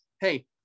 hey